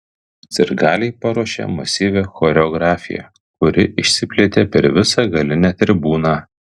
sirgaliai paruošė masyvią choreografiją kuri išsiplėtė per visą galinę tribūną